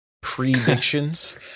predictions